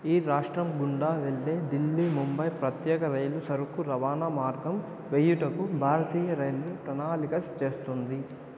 ఈ రాష్ట్రం గుండా వెళ్ళే ఢిల్లీ ముంబై ప్రత్యేక రైలు సరుకు రవాణా మార్గం వేయుటకు భారతీయ రైల్వే ప్రణాళిక చేస్తుంది